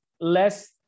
less